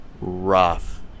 rough